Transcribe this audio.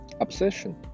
obsession